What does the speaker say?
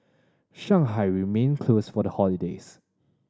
Shanghai remained closed for the holidays